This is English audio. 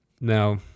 Now